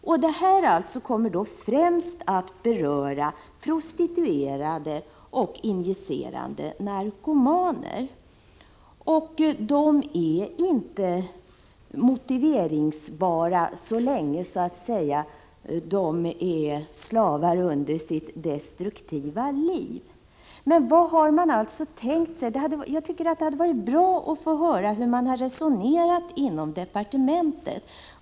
Det här kommer alltså främst att beröra prostituerade och injicerande narkomaner, och de är inte motiverbara så länge de så att säga är slavar under sitt destruktiva liv. Jag tycker det hade varit bra om vi hade fått höra hur man har resonerat inom departementet.